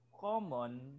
common